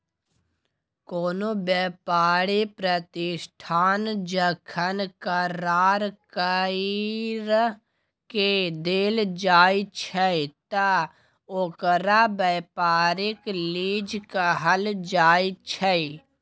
कोनो व्यापारी प्रतिष्ठान जखन करार कइर के देल जाइ छइ त ओकरा व्यापारिक लीज कहल जाइ छइ